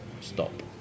stop